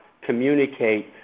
communicate